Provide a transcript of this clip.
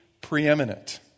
preeminent